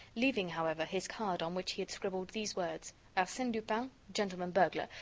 leaving, however, his card on which he had scribbled these words arsene lupin, gentleman-burglar,